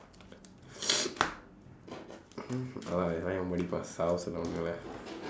சாவ சொல்லுவாங்கல:saava solluvaangkala